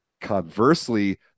Conversely